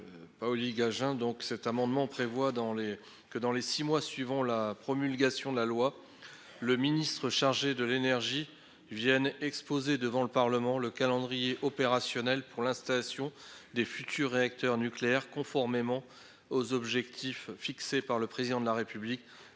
Paoli-Gagin vise à prévoir que, dans les six mois suivant la promulgation de la loi, le ministre chargé de l'énergie expose devant le Parlement le calendrier opérationnel pour l'installation des futurs réacteurs nucléaires, conformément aux objectifs fixés par le Président de la République